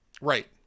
right